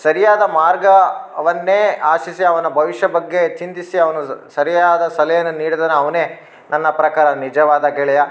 ಸರಿಯಾದ ಮಾರ್ಗವನ್ನೇ ಆಶಿಸಿ ಅವನ ಭವಿಷ್ಯ ಬಗ್ಗೆ ಚಿಂತಿಸಿ ಅವನು ಸರಿಯಾದ ಸಲಹೆಯನ್ನ ನೀಡಿದರೆ ಅವನೇ ನನ್ನ ಪ್ರಕಾರ ನಿಜವಾದ ಗೆಳೆಯ